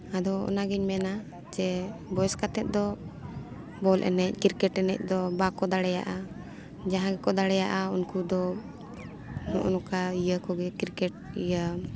ᱟᱫᱚ ᱚᱱᱟᱜᱤᱧ ᱢᱮᱱᱟ ᱡᱮ ᱵᱚᱭᱮᱥ ᱠᱟᱛᱮ ᱫᱚ ᱵᱚᱞ ᱮᱱᱮᱡ ᱠᱨᱤᱠᱮᱴ ᱮᱱᱮᱡ ᱫᱚ ᱵᱟᱠᱚ ᱫᱟᱲᱮᱭᱟᱜᱼᱟ ᱡᱟᱦᱟᱸᱭ ᱜᱮᱠᱚ ᱫᱟᱲᱮᱭᱟᱜᱼᱟ ᱩᱱᱠᱩ ᱫᱚ ᱱᱚᱜᱼᱚ ᱱᱚᱝᱠᱟ ᱤᱭᱟᱹ ᱠᱚᱜᱮ ᱠᱨᱤᱠᱮᱴ ᱤᱭᱟᱹ